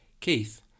Keith